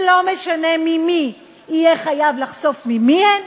ולא משנה ממי, יהיה חייב לחשוף ממי הן?